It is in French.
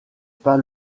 pas